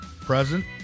present